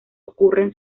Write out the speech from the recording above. ocurren